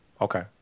okay